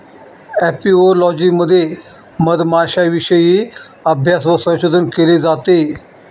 apiology मध्ये मधमाश्यांविषयी अभ्यास व संशोधन केले जाते